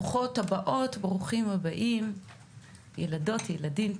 ברוכות הבאות וברוכים הבאים ילדות וילדים,